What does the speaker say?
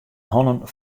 hannen